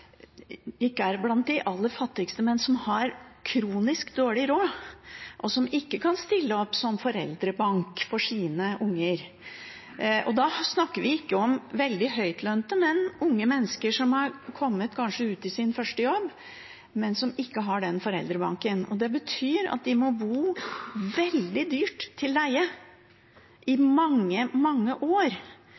kronisk dårlig råd, og som ikke kan stille opp som foreldrebank for sine unger. Da snakker vi ikke om veldig høytlønte, men om unge mennesker som kanskje har kommet ut i sin første jobb, men som ikke har den foreldrebanken. Det betyr at de må bo veldig dyrt og leie i mange, mange år.